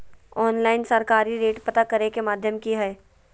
Online सरकारी rate पता करे के माध्यम की हय?